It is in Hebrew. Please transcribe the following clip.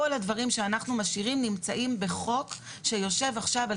כל הדברים שאנחנו משאירים נמצאים בחוק שיושב עכשיו על